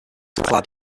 clad